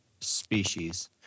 species